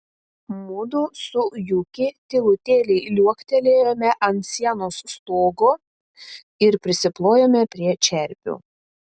mudu su juki tylutėliai liuoktelėjome ant sienos stogo ir prisiplojome prie čerpių